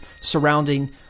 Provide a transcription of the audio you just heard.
surrounding